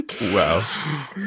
Wow